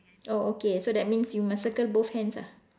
oh okay so that means you must circle both hands ah